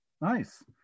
Nice